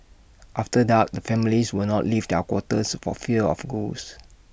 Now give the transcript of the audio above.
after dark the families would not leave their quarters for fear of ghosts